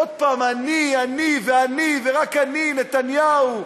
עוד פעם אני אני ואני, ורק אני, נתניהו,